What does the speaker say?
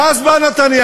ואז בא נתניהו,